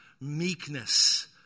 meekness